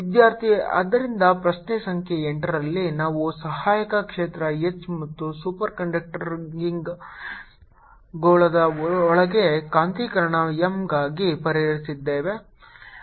ವಿದ್ಯಾರ್ಥಿ ಆದ್ದರಿಂದ ಪ್ರಶ್ನೆ ಸಂಖ್ಯೆ 8 ರಲ್ಲಿ ನಾವು ಸಹಾಯಕ ಕ್ಷೇತ್ರ H ಮತ್ತು ಸೂಪರ್ ಕಂಡಕ್ಟಿಂಗ್ ಗೋಳದ ಒಳಗೆ ಕಾಂತೀಯೀಕರಣ M ಗಾಗಿ ಪರಿಹರಿಸಿದ್ದೇವೆ